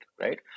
right